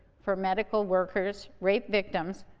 for medical workers, rape victims,